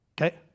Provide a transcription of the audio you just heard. Okay